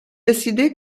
décidé